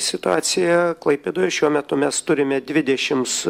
situacija klaipėdoj šiuo metu mes turime dvidešims